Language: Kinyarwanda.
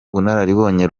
bunararibonye